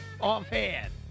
offhand